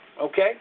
Okay